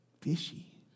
fishy